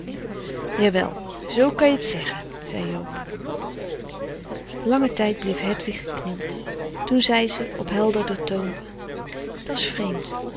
wel zoo ka je t zegge zei joob langen tijd bleef hedwig geknield toen zei ze op helderder toon da's vreemd